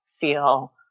feel